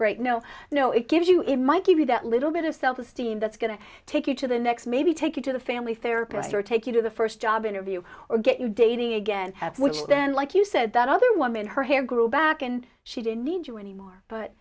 great no no it gives you it might give you that little bit of self esteem that's going to take you to the next maybe take you to the family therapist or take you to the first job interview or get you dating again which then like you said that other woman her hair grew back and she didn't need you anymore but